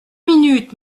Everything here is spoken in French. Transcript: minutes